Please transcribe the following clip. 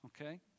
okay